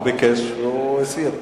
הוא ביקש והוא הסיר.